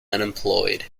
unemployed